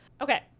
okay